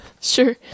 Sure